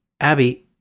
Abby